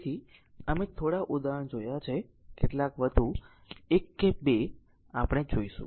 તેથી અમે થોડા ઉદાહરણો જોયા છે કેટલાક વધુ એક કે બે આપણે જોઈશું